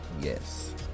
yes